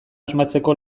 asmatzeko